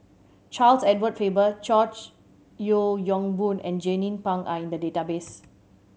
Charles Edward Faber George Yeo Yong Boon and Jernnine Pang are in the database